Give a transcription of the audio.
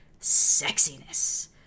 sexiness